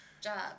job